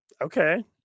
Okay